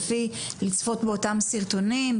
לצפות באותם סרטונים,